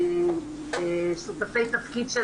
שותפיי לתפקיד,